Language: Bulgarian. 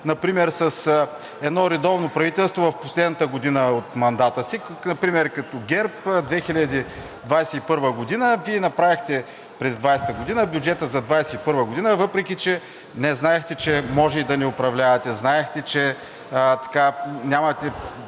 например с едно редовно правителство в последната година от мандата си – например като ГЕРБ 2021 г., Вие направихте през 2020 г. бюджета за 2021 г., въпреки че не знаехте, че може и да не управлявате. Със същите